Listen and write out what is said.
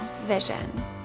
vision